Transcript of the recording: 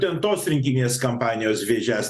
būtent tos rinkiminės kampanijos vėžes